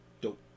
Dope